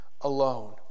alone